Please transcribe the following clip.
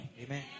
Amen